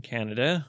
Canada